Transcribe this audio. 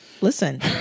listen